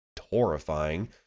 horrifying